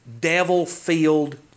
devil-filled